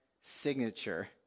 signature